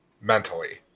mentally